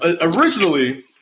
originally